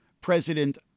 President